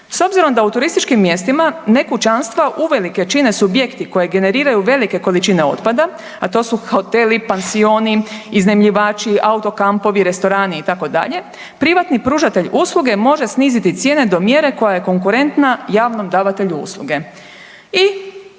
S obzira da u turističkim mjestima ne kućanstva uvelike čine subjekti koji generiraju velike količine otpada, a to su hoteli, pansioni, iznajmljivači, autokampovi, restorani, itd., privatni pružatelj usluge može sniziti cijene do mjere koja je konkurentna javnom davatelju usluge. I